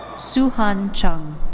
soohan chung.